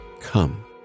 come